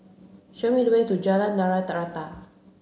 show me the way to Jalan Tanah Rata